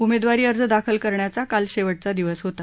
उमेदवारी अर्ज दाखल करण्याचा काल शेवटचा दिवस होता